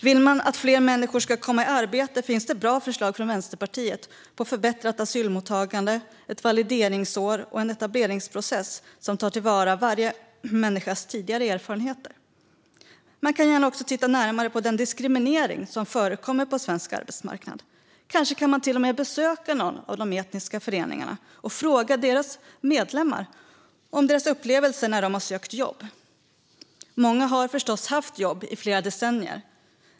Vill man att fler människor ska komma i arbete finns det bra förslag från Vänsterpartiet på förbättrat asylmottagande, ett valideringsår och en etableringsprocess som tar till vara varje människas tidigare erfarenheter. Man kan också gärna titta närmare på den diskriminering som förekommer på svensk arbetsmarknad. Kanske kan man till och med besöka någon av de etniska föreningarna och fråga medlemmarna om deras upplevelser när de har sökt jobb. Många har förstås haft jobb i flera decennier.